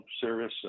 service